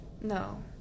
No